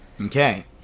Okay